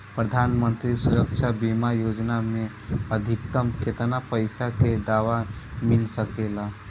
प्रधानमंत्री सुरक्षा बीमा योजना मे अधिक्तम केतना पइसा के दवा मिल सके ला?